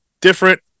different